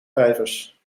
vijvers